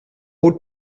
rôle